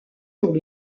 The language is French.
pour